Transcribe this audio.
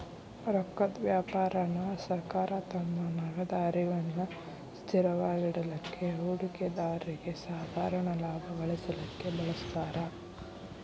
ರೊಕ್ಕದ್ ವ್ಯಾಪಾರಾನ ಸರ್ಕಾರ ತಮ್ಮ ನಗದ ಹರಿವನ್ನ ಸ್ಥಿರವಾಗಿಡಲಿಕ್ಕೆ, ಹೂಡಿಕೆದಾರ್ರಿಗೆ ಸಾಧಾರಣ ಲಾಭಾ ಗಳಿಸಲಿಕ್ಕೆ ಬಳಸ್ತಾರ್